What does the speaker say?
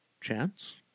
chance